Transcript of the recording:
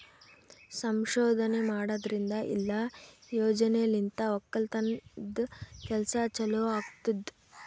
ಸಂಶೋಧನೆ ಮಾಡದ್ರಿಂದ ಇಲ್ಲಾ ಯೋಜನೆಲಿಂತ್ ಒಕ್ಕಲತನದ್ ಕೆಲಸ ಚಲೋ ಆತ್ತುದ್